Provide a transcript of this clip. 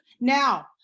Now